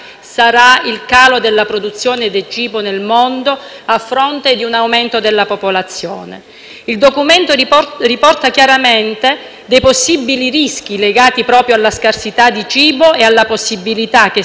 Il documento riporta chiaramente dei possibili rischi legati proprio alla scarsità di cibo e alla possibilità che si verifichino conflitti dovuti a un aumento delle persone che soffrono la fame e la sete.